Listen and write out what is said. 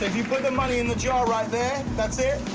you put the money in the jar right there, that's it.